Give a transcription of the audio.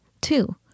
two